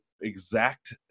exact